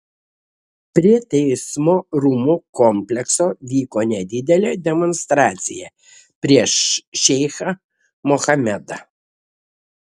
prie teismo rūmų komplekso vyko nedidelė demonstracija prieš šeichą mohamedą